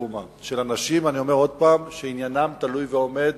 תרומה של אנשים שעניינם תלוי ועומד,